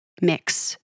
mix